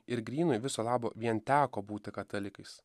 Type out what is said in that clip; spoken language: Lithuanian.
ir grynui viso labo vien teko būti katalikais